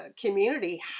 community